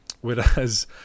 whereas